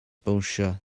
bownsio